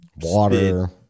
water